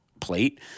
plate